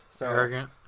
Arrogant